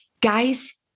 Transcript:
guys